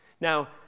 Now